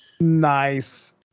Nice